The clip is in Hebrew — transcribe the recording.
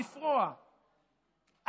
לפרוע,